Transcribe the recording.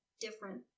different